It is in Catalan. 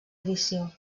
edició